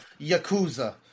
Yakuza